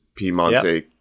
Piemonte